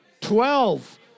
twelve